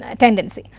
ah tendency.